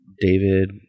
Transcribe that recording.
David